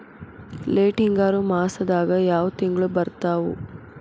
Late ಹಿಂಗಾರು ಮಾಸದಾಗ ಯಾವ್ ತಿಂಗ್ಳು ಬರ್ತಾವು?